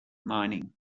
mining